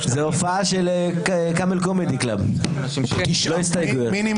הצבעה מס' 10 בעד ההסתייגות אין נגד,